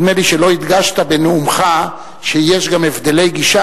נדמה לי שלא הדגשת בנאומך שיש גם הבדלי גישה,